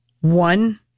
one